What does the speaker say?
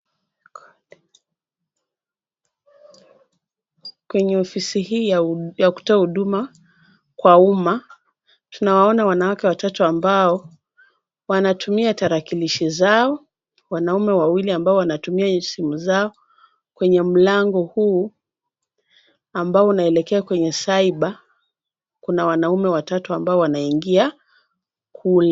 Kwenye ofisi hii ya kutoa huduma kwa umma, tunawaona wanawake watatu ambao wanatumia tarakilishi zao, wanaume wawili ambao wanatumia simu zao, kwenye mlango huu ambao unaelekea kwenye cyber kuna wanaume watatu ambao wanaingia ku...